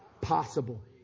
Possible